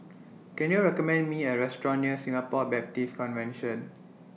Can YOU recommend Me A Restaurant near Singapore Baptist Convention